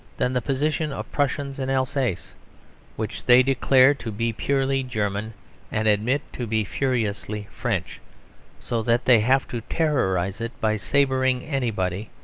than the position of prussians in alsace which they declare to be purely german and admit to be furiously french so that they have to terrorise it by sabring anybody,